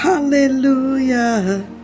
Hallelujah